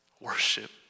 worship